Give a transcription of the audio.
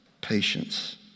patience